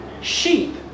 Sheep